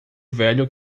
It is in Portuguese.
velho